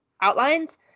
outlines